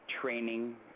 training